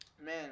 Man